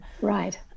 Right